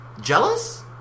jealous